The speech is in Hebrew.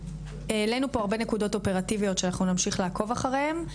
העלינו פה הרבה נקודות אופרטיביות שאנחנו נמשיך לעקוב אחריהן,